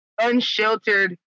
unsheltered